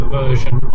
version